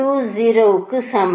20 க்கு சமம்